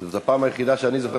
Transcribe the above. שזאת הפעם היחידה שאני זוכר,